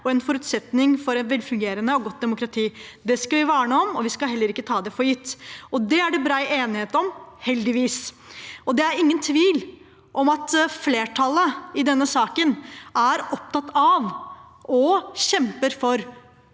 og en forutsetning for et velfungerende og godt demokrati. Det skal vi verne om, og vi skal ikke ta det for gitt. Det er det heldigvis bred enighet om, og det er ingen tvil om at flertallet i denne saken er opptatt av og kjemper for